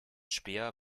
speer